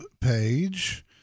page